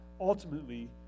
ultimately